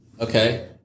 okay